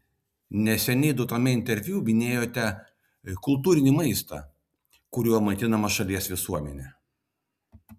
neseniai duotame interviu minėjote kultūrinį maistą kuriuo maitinama šalies visuomenė